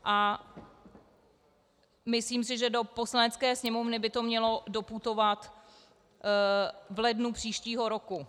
A myslím si, že do Poslanecké sněmovny by to mělo doputovat v lednu příštího roku.